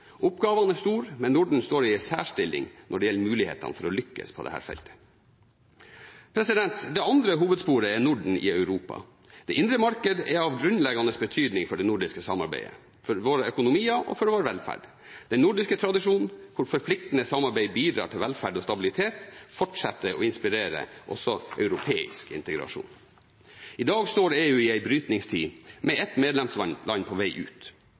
Oppgavene er store, men Norden står i en særstilling når det gjelder mulighetene for å lykkes på dette feltet. Det andre hovedsporet er Norden i Europa. Det indre marked er av grunnleggende betydning for det nordiske samarbeidet, for våre økonomier og for vår velferd. Den nordiske tradisjonen, hvor forpliktende samarbeid bidrar til velferd og stabilitet, fortsetter å inspirere også europeisk integrasjon. I dag står EU i en brytningstid med et medlemsland på vei ut.